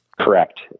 correct